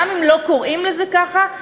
גם אם לא קוראים לזה ככה,